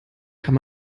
kann